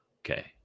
Okay